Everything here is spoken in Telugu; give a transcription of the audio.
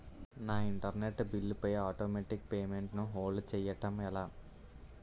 నా ఇంటర్నెట్ బిల్లు పై ఆటోమేటిక్ పేమెంట్ ను హోల్డ్ చేయటం ఎలా?